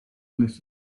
listen